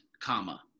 comma